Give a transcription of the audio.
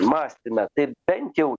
mąstyme tai bent jau